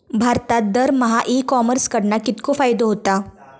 भारतात दरमहा e commerce कडणा कितको फायदो होता?